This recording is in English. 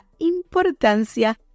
importancia